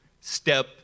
step